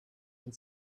and